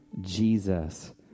Jesus